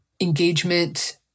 engagement